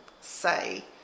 say